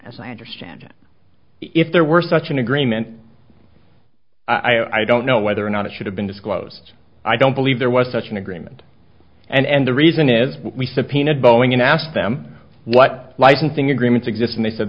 as i understand it if there were such an agreement i don't know whether or not it should have been disclosed i don't believe there was such an agreement and the reason is we subpoenaed boeing and asked them what licensing agreements exist and they said